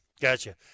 Gotcha